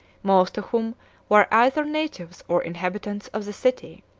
most of whom were either natives or inhabitants of the city.